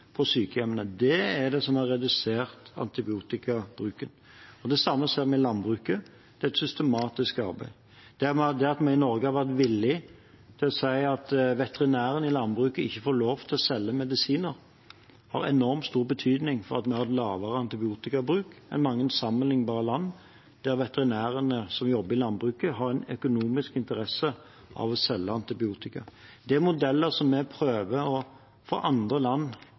på sykehjemmene. Det er det som har redusert antibiotikabruken. Det samme ser vi i landbruket. Det er et systematisk arbeid. Det at vi i Norge har vært villig til å si at veterinærene i landbruket ikke får lov til å selge medisiner, har enormt stor betydning for at vi har hatt lavere antibiotikabruk enn mange sammenlignbare land der veterinærene som jobber i landbruket, har en økonomisk interesse av å selge antibiotika. Det er modeller vi prøver å få andre land